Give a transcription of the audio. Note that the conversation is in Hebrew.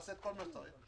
עושה כל מה שצריך,